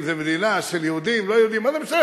זו מדינה של יהודים או לא יהודים: מה זה משנה,